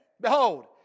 Behold